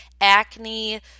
acne